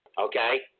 okay